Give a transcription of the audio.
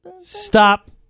Stop